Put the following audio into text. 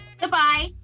Goodbye